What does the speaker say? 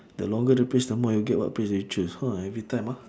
the longer the phrase the more you get what phrase do you choose !wah! every time ah